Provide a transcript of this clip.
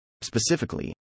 Specifically